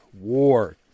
war